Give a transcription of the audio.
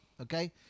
okay